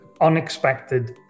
unexpected